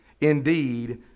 indeed